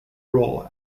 role